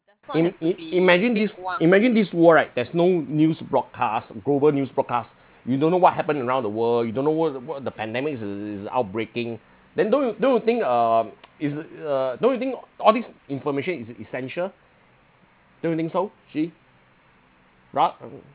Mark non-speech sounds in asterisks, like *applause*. im~ im~ imagine this imagine this world right there's no news broadcasts global news broadcast *breath* you don't know what happened around the world you don't know what what the pandemic is is outbreaking then don't you don't you think um it's uh don't you think all these information is essential don't you think so actually ra~ uh